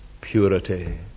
purity